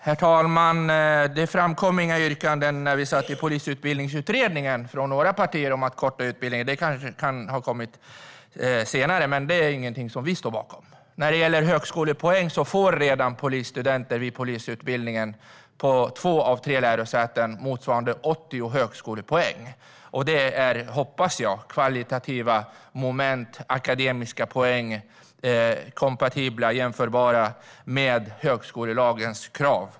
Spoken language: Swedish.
Herr talman! Det framkom inga yrkanden i Polisutbildningsutredningen från några partier om att förkorta utbildningen. Det kan ha kommit senare, men det är ingenting som vi står bakom. På två av tre lärosäten får redan polisstudenter som genomgår polisutbildningen motsvarande 80 högskolepoäng. Jag hoppas att dessa akademiska poäng är kompatibla, jämförbara, med högskolelagens krav.